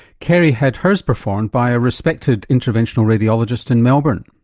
kerri had hers performed by a respected interventional radiologist in melbourne.